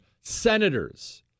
Senators